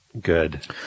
good